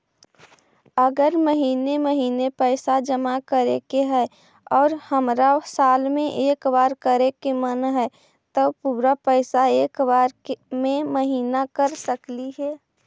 अगर महिने महिने पैसा जमा करे के है और हमरा साल में एक बार करे के मन हैं तब पुरा पैसा एक बार में महिना कर सकली हे?